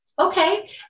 Okay